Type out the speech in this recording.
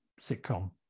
sitcom